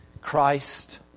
Christ